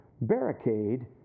barricade